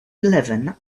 eleven